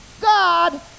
God